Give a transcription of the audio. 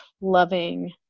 loving